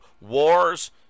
wars